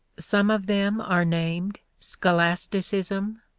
some of them are named scholasticism,